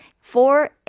Four